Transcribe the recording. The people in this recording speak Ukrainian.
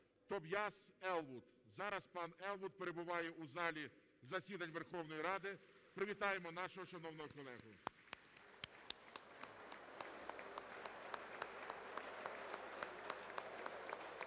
Тобайяс Елвуд. Зараз пан Елвуд перебуває у залі засідань Верховної Ради. Привітаємо нашого шановного колегу.